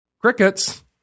Crickets